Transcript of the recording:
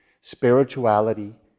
spirituality